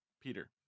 Peter